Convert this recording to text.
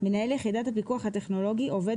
"מנהל יחידת הפיקוח הטכנולוגי" עובד